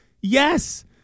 Yes